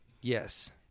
Yes